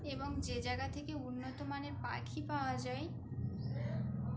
এবং যে জায়গা থেকে উন্নত মানের পাখি পাওয়া যায়